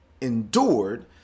endured